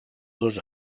dos